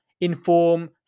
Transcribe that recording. inform